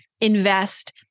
invest